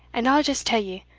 and i'll just tell ye,